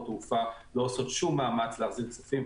התעופה לא עושות שום מאמץ להחזיר כספים,